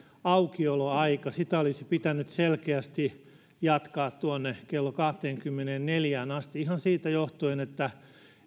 aukioloaika sitä olisi pitänyt selkeästi jatkaa tuonne kello kahteenkymmeneenneljään asti ihan siitä johtuen että